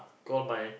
call my